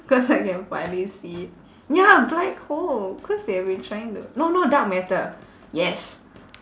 cause I can finally see ya black hole cause they have been trying to no no dark matter yes